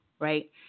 right